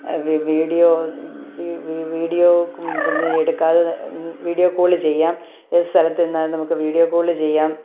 V video video ഇത് ന്ന് എടുക്കാതെ വീഡിയോ കോൾ ചെയ്യാം ഏത് സ്ഥലത്ത് നിന്നാലും നമുക്ക് വീഡിയോ കോൾ ചെയ്യാം